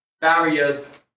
barriers